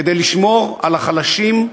כדי לשמור על החלשים,